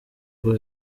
rwo